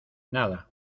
nada